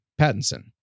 Pattinson